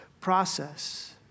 process